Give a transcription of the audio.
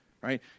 right